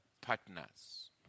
partners